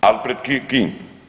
Ali pred kim?